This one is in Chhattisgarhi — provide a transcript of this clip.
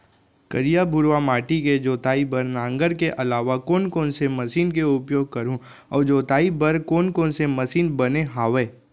करिया, भुरवा माटी के जोताई बर नांगर के अलावा कोन कोन से मशीन के उपयोग करहुं अऊ जोताई बर कोन कोन से मशीन बने हावे?